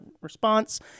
response